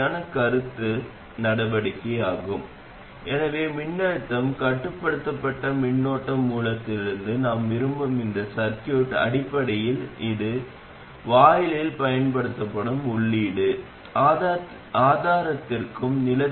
இப்போது நிலையான நிலையில் மின்தேக்கியின் வழியாக எந்த மின்னோட்டமும் பாயவில்லை என்பதையும் இவை அனைத்தும் ii இங்கே பாயும் என்பதையும் நீங்கள் பார்க்கலாம்